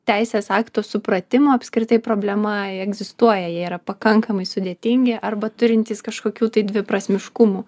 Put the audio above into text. teisės aktų supratimo apskritai problema ji egzistuoja ji yra pakankamai sudėtingi arba turintys kažkokių tai dviprasmiškumų